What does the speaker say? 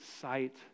sight